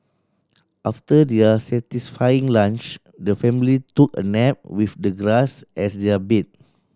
after their satisfying lunch the family took a nap with the grass as their bed